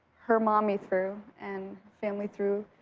her mommy through and family through.